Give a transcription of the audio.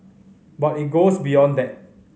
but it goes beyond that